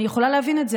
אני יכולה להבין את זה.